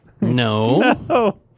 No